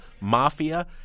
mafia